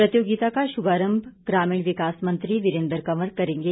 प्रतियोगिता का शुभारंभ ग्रामीण विकास मंत्री वीरेन्द्र कंवर करेंगे